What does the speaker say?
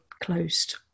closed